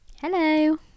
Hello